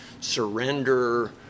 surrender